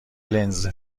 لنز